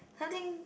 something